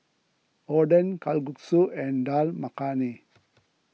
Oden Kalguksu and Dal Makhani